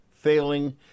failing